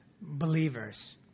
believers